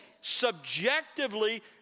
subjectively